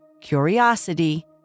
curiosity